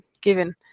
given